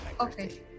Okay